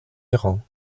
errants